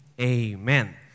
Amen